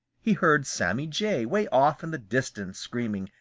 he heard sammy jay way off in the distance screaming,